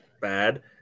bad